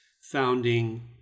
founding